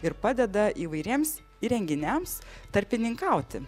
ir padeda įvairiems įrenginiams tarpininkauti